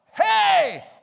Hey